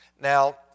Now